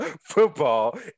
Football